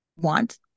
want